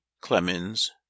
Clemens